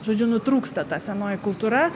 žodžiu nutrūksta ta senoji kultūra